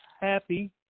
happy